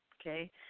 okay